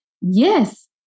Yes